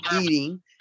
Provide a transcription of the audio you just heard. eating